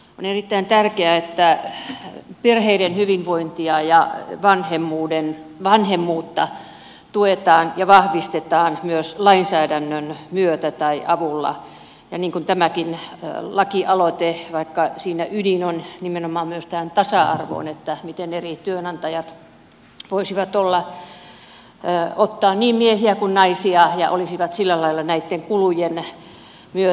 on erittäin tärkeää että perheiden hyvinvointia ja vanhemmuutta tuetaan ja vahvistetaan myös lainsäädännön myötä tai avulla niin kuin tämänkin lakialoitteen avulla vaikka siinä ydin on nimenomaan tässä tasa arvossa miten eri työnantajat voisivat ottaa niin miehiä kuin naisia ja olisivat sillä lailla näitten kulujen vyö